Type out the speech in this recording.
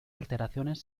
alteraciones